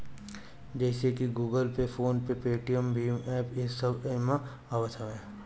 जइसे की Google pay, phone pay, Paytm भीम एप्प इस सब एमे आवत हवे